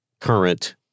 current